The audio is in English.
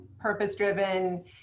purpose-driven